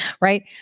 right